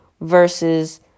versus